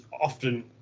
often